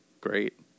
great